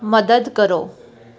ਮਦਦ ਕਰੋ